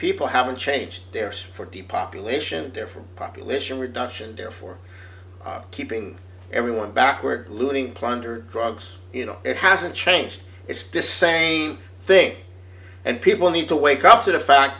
people haven't changed their search for the population different population reduction therefore keeping everyone backward looting plunder drugs you know it hasn't changed it's to same thing and people need to wake up to the fact